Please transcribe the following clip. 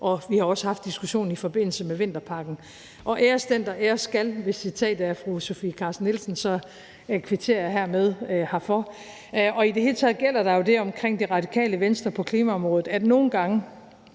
og vi har også haft diskussionen i forbindelse med vinterpakken. Og æres den, der æres bør. Med et citat af fru Sofie Carsten Nielsen kvitterer jeg hermed herfor. Og i det hele taget gælder der jo det omkring Radikale Venstre på klimaområdet, at de nogle gange